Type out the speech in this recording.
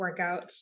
workouts